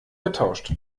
vertauscht